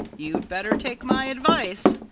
you'd better take my advice,